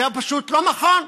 זה פשוט לא נכון.